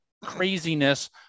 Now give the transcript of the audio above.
craziness